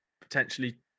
Potentially